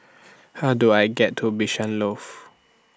How Do I get to Bishan Loft